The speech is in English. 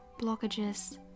blockages